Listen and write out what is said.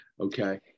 Okay